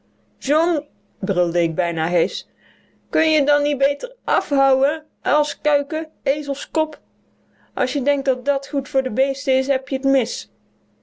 john brulde ik bijna heesch kun je dan niet beter afhuen uilskuiken ezelskop als je denkt dat dat goed voor de beesten is heb je t mis